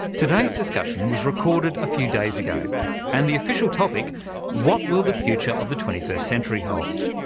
today's discussion was recorded a few days ago and the official topic what will the future of the twenty first century hold?